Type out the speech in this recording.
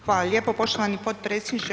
Hvala lijepo poštovani potpredsjedniče.